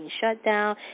shutdown